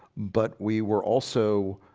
but we were also